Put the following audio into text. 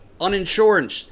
Uninsured